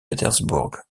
pétersbourg